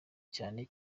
cyane